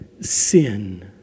sin